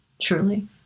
truly